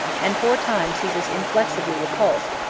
and four times he was inflexibly repulsed,